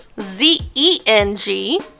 z-e-n-g